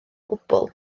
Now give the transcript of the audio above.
gwbl